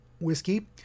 whiskey